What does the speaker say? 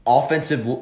offensive